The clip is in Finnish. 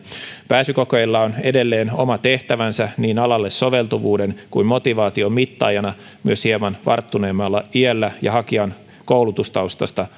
pääsykokeilla on edelleen oma tehtävänsä niin alalle soveltuvuuden kuin motivaationkin mittaajana myös hieman varttuneemmalla iällä ja hakijan koulutustaustasta